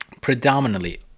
predominantly